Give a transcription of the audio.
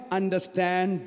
understand